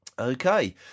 Okay